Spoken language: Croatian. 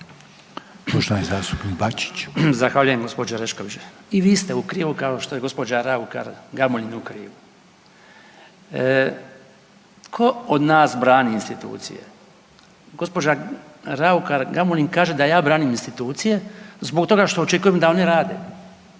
**Bačić, Branko (HDZ)** Zahvaljujem gospođo Orešković. I vi ste u krivu kao što je gospođa Raukar Gamulin u krivu. Tko od nas brani institucije? Gospođa Raukar Gamulin kaže da ja branim institucije zbog toga što očekujem da oni rade.